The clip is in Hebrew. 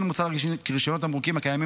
כן מוצע כי רישיונות תמרוקים קיימים